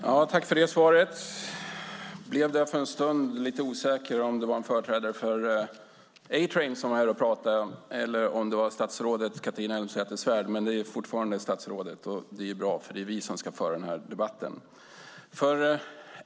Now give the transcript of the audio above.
Fru talman! Jag blev för en stund lite osäker på om det var en företrädare för A-Train som var här och talade eller om det var statsrådet Catharina Elmsäter-Svärd, men det är fortfarande statsrådet. Det är bra eftersom det är vi som ska föra denna debatt.